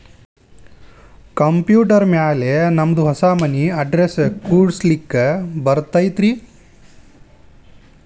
Computer ಮ್ಯಾಲೆ ನಮ್ದು ಹೊಸಾ ಮನಿ ಅಡ್ರೆಸ್ ಕುಡ್ಸ್ಲಿಕ್ಕೆ ಬರತೈತ್ರಿ?